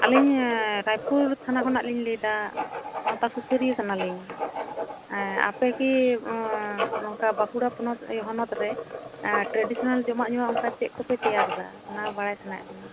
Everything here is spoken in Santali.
ᱟᱞᱤᱧ ᱨᱟᱭᱯᱩᱨ ᱛᱷᱟᱱᱟ ᱠᱷᱚᱱᱟᱜ ᱞᱤᱧ ᱞᱟᱹᱭ ᱮᱫᱟ ᱥᱟᱶᱛᱟ ᱥᱩᱥᱟᱹᱨᱤᱭᱟᱹ ᱠᱟᱱᱟᱞᱤᱧ ᱟᱯᱮ ᱠᱤ ᱱᱚᱝᱠᱟ ᱵᱟᱠᱩᱲᱟ ᱯᱚᱱᱚᱛ ᱦᱚᱱᱚᱛ ᱨᱮ ᱴᱨᱮᱰᱤᱥᱚᱱᱟᱞ ᱡᱚᱢᱟᱜ ᱧᱩᱣᱟᱜ ᱚᱱᱠᱟ ᱪᱮᱫ ᱠᱚᱯᱮ ᱛᱮᱭᱟᱨ ᱮᱫᱟ ᱚᱱᱟ ᱵᱟᱲᱟᱭ ᱥᱟᱱᱟᱭᱮᱫ ᱞᱤᱧᱟᱹ